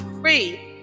free